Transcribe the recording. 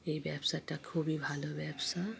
এই ব্যবসাটা খুবই ভালো ব্যবসা